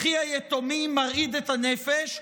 בכי היתומים מרעיד את הנפש,